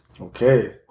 Okay